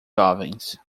jovens